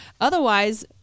otherwise